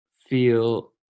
feel